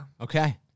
Okay